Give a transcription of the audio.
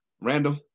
Random